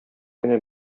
кенә